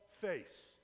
face